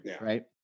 Right